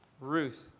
Ruth